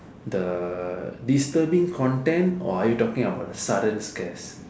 the disturbing content or are you talking about the sudden scares